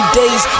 days